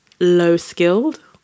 low-skilled